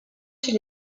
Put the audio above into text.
chez